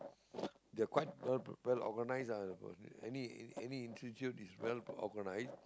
they're quite uh well organised lah but any any institute is well organised